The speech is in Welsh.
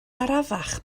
arafach